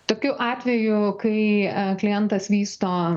tokiu atveju kai klientas vysto